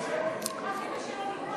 ענישה ודרכי טיפול) (תיקון מס' 22,